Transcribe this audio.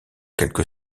quelque